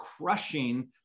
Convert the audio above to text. crushing